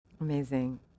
Amazing